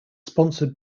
sponsored